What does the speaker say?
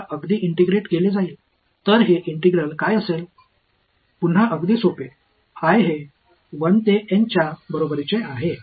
மீண்டும் மிகவும் எளிமையானது i என்பது 1 முதல் N க்கு சமம் முதல் வெளிப்பாடு என்னவாக இருக்க வேண்டும்